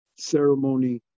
ceremony